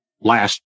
last